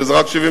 שזה רק 72%,